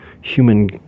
human